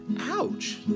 Ouch